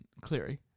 Cleary